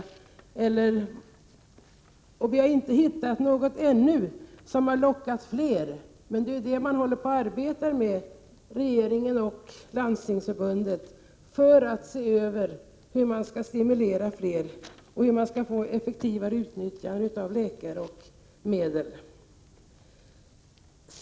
Vi har ännu inte hittat något som har lockat fler, men det håller regeringen och Landstingsförbundet på och arbetar med; man ser över hur fler kan stimuleras och hur man kan få till stånd ett effektivare utnyttjande av läkare och medel.